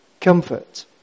comfort